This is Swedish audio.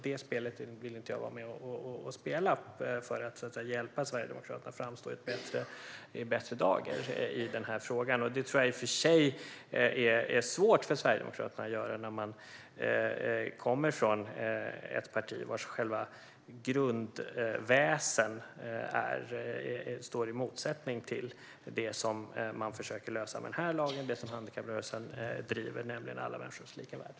Jag vill inte vara med och spela detta spel för att hjälpa Sverigedemokraterna att framstå i bättre dager i denna fråga. Jag tror i och för sig att det är svårt för Sverigedemokraterna att göra detta, då de kommer från ett parti vars själva grundväsen står i motsättning till det som man försöker lösa med denna lag och som handikapprörelsen driver, nämligen alla människors lika värde.